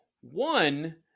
one